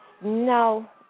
no